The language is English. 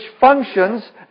functions